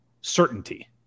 certainty